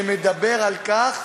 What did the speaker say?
שמדבר על כך